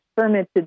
fermented